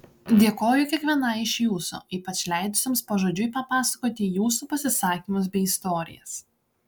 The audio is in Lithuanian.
dėkoju kiekvienai iš jūsų ypač leidusioms pažodžiui papasakoti jūsų pasisakymus bei istorijas